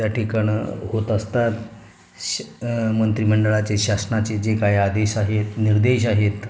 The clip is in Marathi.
त्या ठिकाणी होत असतात श मंत्रीमंडळाचे शासनाचे जे काय आदेश आहेत निर्देश आहेत